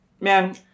Man